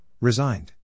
resigned